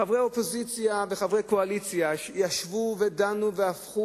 חברי אופוזיציה וחברי קואליציה ישבו ודנו והפכו